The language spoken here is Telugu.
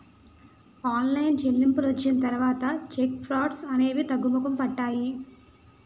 ఆన్లైన్ చెల్లింపులు వచ్చిన తర్వాత చెక్ ఫ్రాడ్స్ అనేవి తగ్గుముఖం పట్టాయి